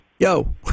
Yo